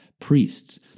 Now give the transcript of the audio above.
priests